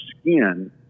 skin